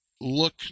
look